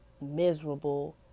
miserable